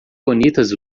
bonitas